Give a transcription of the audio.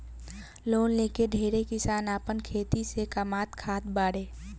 loan लेके ढेरे किसान आपन खेती से कामात खात बाड़े